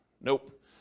Nope